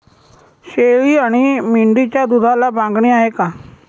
शेळी आणि मेंढीच्या दूधाला मागणी आहे का?